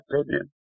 opinion